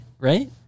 right